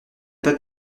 pas